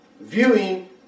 viewing